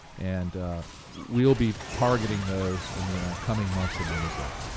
and we'll be targeting those in the coming months in my newsletter.